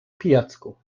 pijacku